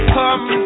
come